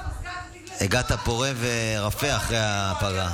הגעת פורה, אחרי הפגרה.